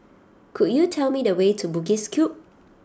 could you tell me the way to Bugis Cube